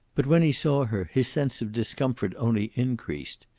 but when he saw her, his sense of discomfort only increased.